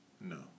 No